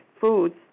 foods